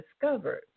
discovered